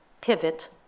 pivot